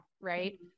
right